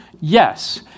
Yes